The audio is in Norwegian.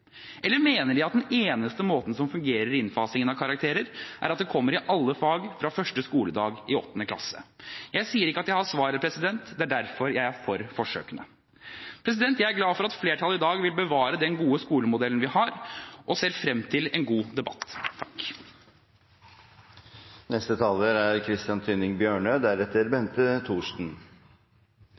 Eller mener de at den eneste måten som fungerer i innfasingen av karakterer, er at det kommer i alle fag fra første skoledag i 8. klasse. Jeg sier ikke at jeg har svaret. Det er derfor jeg er for forsøkene. Jeg er glad for at flertallet i dag vil bevare den gode skolemodellen vi har og ser frem til en god debatt.